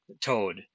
Toad